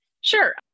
Sure